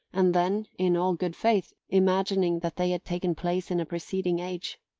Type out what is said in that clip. and then, in all good faith, imagining that they had taken place in a preceding age.